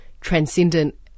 transcendent